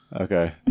Okay